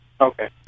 Okay